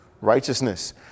righteousness